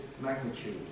magnitude